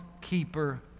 keeper